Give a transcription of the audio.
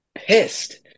pissed